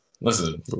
Listen